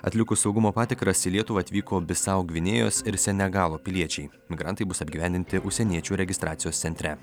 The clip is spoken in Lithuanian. atlikus saugumo patikras į lietuvą atvyko bisau gvinėjos ir senegalo piliečiai migrantai bus apgyvendinti užsieniečių registracijos centre